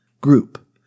Group